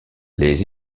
les